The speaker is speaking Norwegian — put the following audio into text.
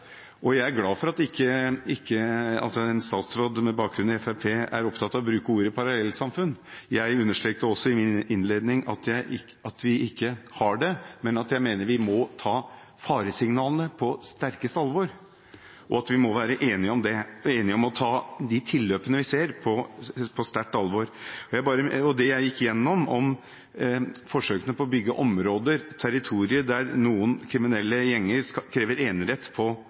Jeg er glad for at en statsråd med bakgrunn i Fremskrittspartiet ikke er opptatt av å bruke ordet «parallellsamfunn». Jeg understreket også i innledningen min at vi ikke har det, men at jeg mener vi må ta faresignalene på største alvor, og at vi må være enige om det – enige om å ta de tilløpene vi ser, på stort alvor. Jeg gikk igjennom forsøkene på å bygge områder, territorier, der noen kriminelle gjenger krever enerett på